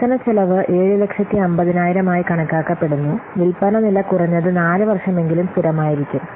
വികസനച്ചെലവ് 750000 ആയി കണക്കാക്കപ്പെടുന്നു വിൽപ്പന നില കുറഞ്ഞത് 4 വർഷമെങ്കിലും സ്ഥിരമായിരിക്കും